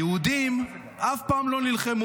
הוא אמר: היהודים אף פעם לא נלחמו,